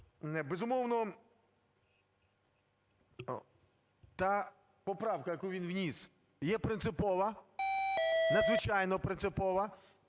Безумовно, та поправка, яку він вніс, є принципова, надзвичайно принципова.